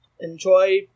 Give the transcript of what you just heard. enjoy